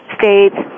states